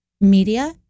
media